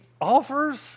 offers